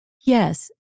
Yes